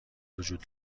وجود